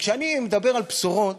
כשאני מדבר על בשורות